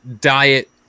diet